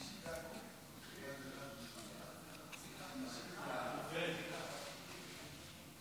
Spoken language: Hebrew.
חוק בתי קברות צבאיים (תיקון מס' 5),